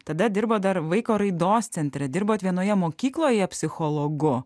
tada dirbot dar vaiko raidos centre dirba vienoje mokykloje psichologu